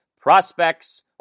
Prospects